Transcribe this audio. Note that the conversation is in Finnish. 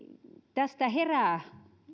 tästä herää